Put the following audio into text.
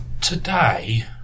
Today